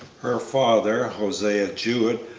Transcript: her father, hosea jewett,